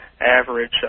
average